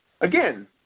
Again